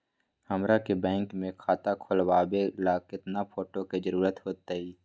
हमरा के बैंक में खाता खोलबाबे ला केतना फोटो के जरूरत होतई?